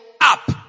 up